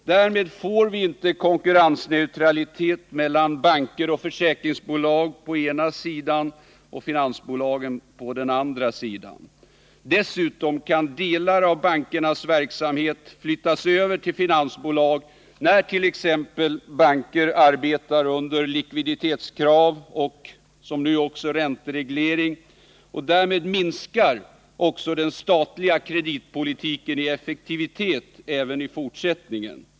Därmed får vi inte konkurrensneutralitet mellan banker och försäkringsbolag å ena sidan och finansbolag å andra sidan. Dessutom kan delar av bankernas verksamhet flyttas över till finansbolag när t.ex. banker arbetar under likviditetskrav och som nu också är fallet räntereglering. Därmed minskar också den statliga kreditpolitiken i effektivitet även i fortsättningen.